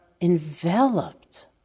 enveloped